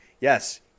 yes